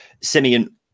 Simeon